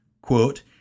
quote